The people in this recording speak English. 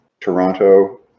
Toronto